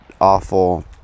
awful